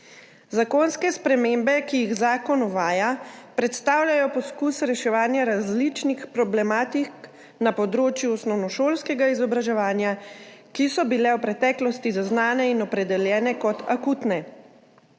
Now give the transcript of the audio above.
Zakonske spremembe, ki jih zakon uvaja, predstavljajo poskus reševanja različnih problematik na področju osnovnošolskega izobraževanja, ki so bile v preteklosti zaznane in opredeljene kot akutne.